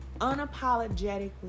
unapologetically